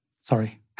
Sorry